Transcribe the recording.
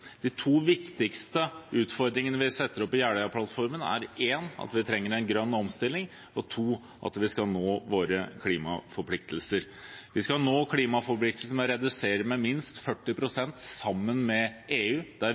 viktigste utfordringene vi setter opp i Jeløya-plattformen, er 1) at vi trenger en grønn omstilling, og 2) at vi skal nå våre klimaforpliktelser. Vi skal nå klimaforpliktelsene ved å redusere utslippene med minst 40 pst. sammen med EU.